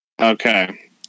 Okay